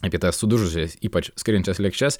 apie tas sudužusias ypač skraidančias lėkštes